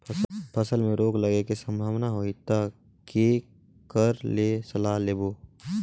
फसल मे रोग लगे के संभावना होही ता के कर ले सलाह लेबो?